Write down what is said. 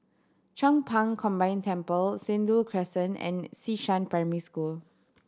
Chong Pang Combined Temple Sentul Crescent and Xishan Primary School